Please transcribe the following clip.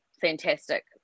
fantastic